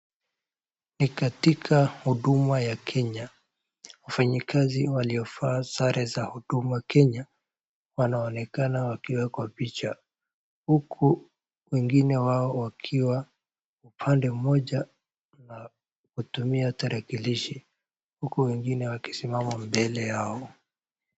Ni katika huduma ya Kenya, wafanyakazi waliovaa sare za Huduma Kenya wanaonekana wakiwa kwa picha, huku wengine wao wakiwa upande mmoja wa kutumia tarakilishi, huku wengine wakisimama mbele yao.